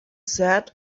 said